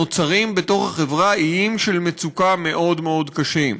נוצרים בתוך החברה איים של מצוקה מאוד מאוד קשה.